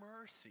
mercy